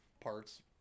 parts